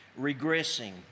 regressing